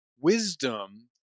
Wisdom